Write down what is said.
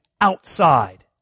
outside